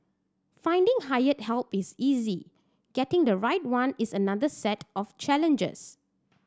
finding hired help is easy getting the right one is another set of challenges